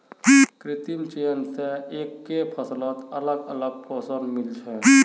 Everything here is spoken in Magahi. कृत्रिम चयन स एकके फसलत अलग अलग पोषण मिल छे